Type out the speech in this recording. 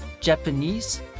Japanese